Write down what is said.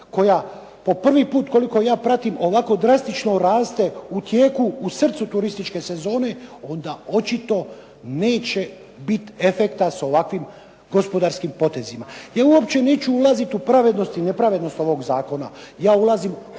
koja po prvi put, koliko ja pratim, ovako drastično raste u srcu turističke sezone onda uopće neće biti efekta s ovakvim gospodarskim potezima. Ja uopće neću ulaziti u pravednost i nepravednost ovog Zakona, ja ulazim